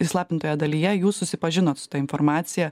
įslaptintoje dalyje jūs susipažinot su ta informacija